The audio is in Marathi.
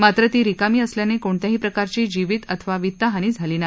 मात्र ती रिकामी असल्याने कोणत्याही प्रकारची जिवीत वा वित्त हानी झाली नाही